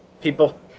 people